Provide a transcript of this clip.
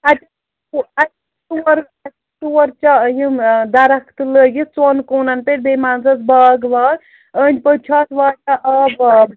اَدٕ تور تور چا یِم دَرختہٕ لٲگِتھ ژۄن کوٗنَن پٮ۪ٹھ بیٚیہِ منٛزَس باغ واغ أنٛدۍ پٔتۍ چھُ اَتھ واریاہ آب واب